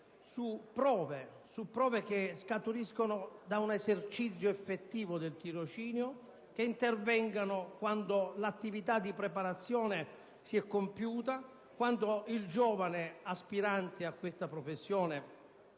su prove che scaturiscano da un esercizio effettivo del tirocinio, che intervengano quando l'attività di preparazione si è compiuta, quando il giovane aspirante a questa professione